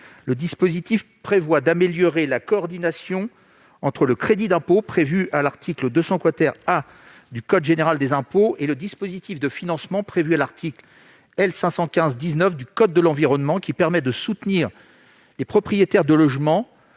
En l'espèce, il s'agit de mieux coordonner le crédit d'impôt prévu à l'article 200 A du code général des impôts et le dispositif de financement prévu à l'article L. 515-19 du code de l'environnement, qui permet de soutenir les propriétaires de logements